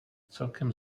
celkem